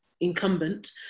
incumbent